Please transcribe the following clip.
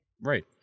Right